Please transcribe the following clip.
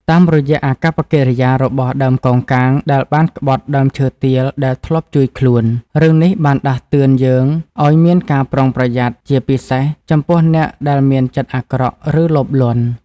តាមរយៈអាកប្បកិរិយារបស់ដើមកោងកាងដែលបានក្បត់ដើមឈើទាលដែលធ្លាប់ជួយខ្លួន រឿងនេះបានដាស់តឿនយើងឲ្យមានការប្រុងប្រយ័ត្ន ជាពិសេសចំពោះអ្នកដែលមានចិត្តអាក្រក់ ឬលោភលន់។